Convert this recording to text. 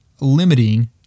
limiting